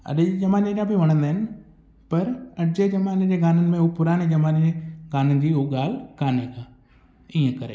अॼु जे ज़माने जा बि वणंदा आहिनि पर अॼु जे ज़माने जे गाननि में हू पुराणे ज़माने जी गाननि जी उहा ॻाल्हि कान्हे का इअं करे